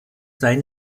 seinen